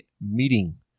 meeting